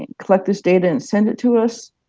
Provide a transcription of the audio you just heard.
and collect this data, and send it to us.